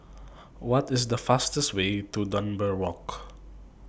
What IS The fastest Way to Dunbar Walk